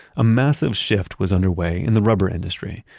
a massive shift was underway in the rubber industry.